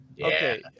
Okay